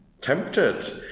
Tempted